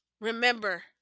remember